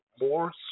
more